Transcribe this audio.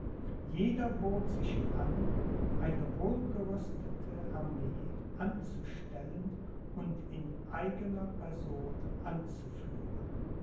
jeder bot sich an eine wohlgerüstete armee anzustellen und in eigener person